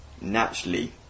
naturally